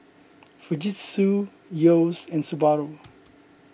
Fujitsu Yeo's and Subaru